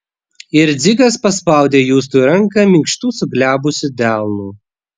ir dzigas paspaudė justui ranką minkštu suglebusiu delnu